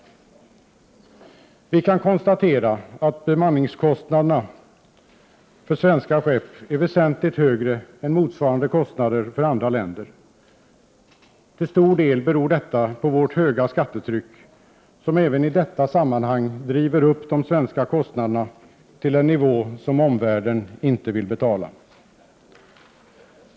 Det kan konstateras att bemanningskostnaderna för svenska skepp är väsentligt högre än motsvarande kostnader för andra länder. Till stor del beror detta på vårt höga skattetryck, som även i detta sammanhang driver de svenska kostnaderna till en nivå som omvärlden inte vill betala.